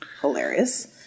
hilarious